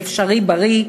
"אֶפְשָׁרִיבָּרִיא",